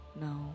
No